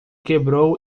quebrou